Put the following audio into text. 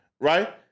Right